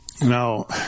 now